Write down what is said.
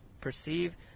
perceive